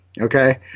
Okay